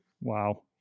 Wow